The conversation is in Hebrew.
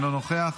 אינו נוכח,